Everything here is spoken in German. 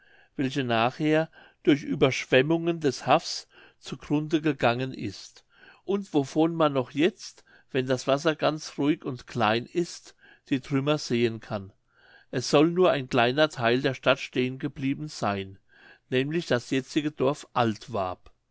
welche nachher durch ueberschwemmungen des haffs zu grunde gegangen ist und wovon man noch jetzt wenn das wasser ganz ruhig und klein ist die trümmer sehen kann es soll nur ein kleiner theil der stadt stehen geblieben seyn nämlich das jetzige dorf altwarp